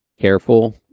careful